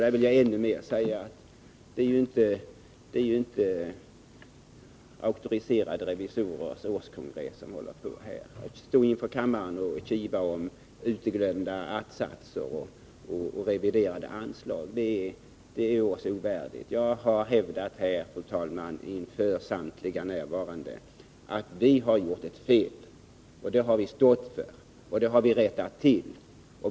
Här vill jag ännu en gång säga att det ju inte är auktoriserade revisorers årskongress som pågår. Att stå inför kammaren och kivas om uteglömda att-satser och reviderade anslag vore oss ovärdigt. Jag har, fru talman, inför samtliga närvarande hävdat att vi har gjort ett fel, och det har vi stått för och rättat till.